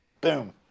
boom